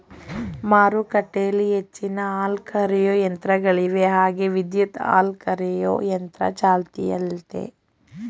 ಮಾರುಕಟ್ಟೆಲಿ ಹೆಚ್ಚಿನ ಹಾಲುಕರೆಯೋ ಯಂತ್ರಗಳಿವೆ ಹಾಗೆ ವಿದ್ಯುತ್ ಹಾಲುಕರೆಯೊ ಯಂತ್ರ ಚಾಲ್ತಿಯಲ್ಲಯ್ತೆ